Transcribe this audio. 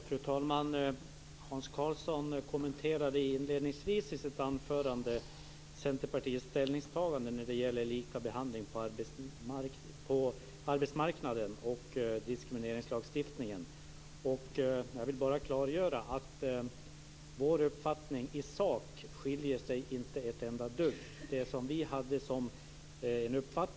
Fru talman! Hans Karlsson kommenterade inledningsvis i sitt anförande Centerpartiets ställningstaganden när det gäller likabehandling på arbetsmarknaden och diskrimineringslagstiftningen. Jag vill bara klargöra att vår uppfattning i sak inte skiljer sig ett dugg från den uppfattning som vi haft.